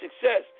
success